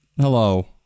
hello